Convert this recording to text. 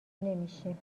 نمیشیم